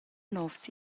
novs